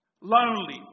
lonely